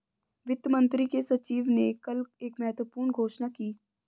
वित्त मंत्री के सचिव ने कल एक महत्वपूर्ण घोषणा की